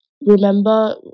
remember